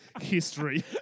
History